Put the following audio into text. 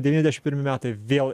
devyniasdešimt pirmi metai vėl